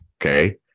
Okay